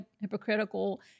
hypocritical